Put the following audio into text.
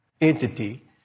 entity